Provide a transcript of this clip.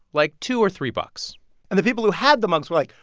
like, two or three bucks and the people who had the mugs were like,